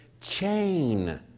chain